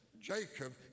Jacob